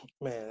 Man